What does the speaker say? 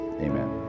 amen